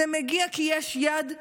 זה מגיע כי יש יד מכוונת,